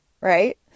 right